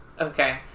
Okay